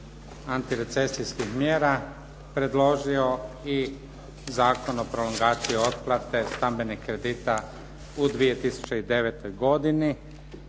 antirecesijskih mjera predložio i Zakon o prolongaciji otplate stambenih kredita u 2009. godini